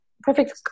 perfect